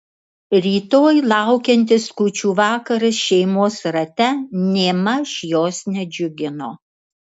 rytoj laukiantis kūčių vakaras šeimos rate nėmaž jos nedžiugino